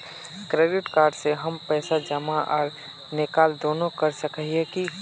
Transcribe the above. Credit card से हम पैसा जमा आर निकाल दोनों कर सके हिये की?